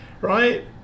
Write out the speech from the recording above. right